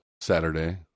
Saturday